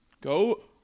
Go